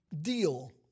Deal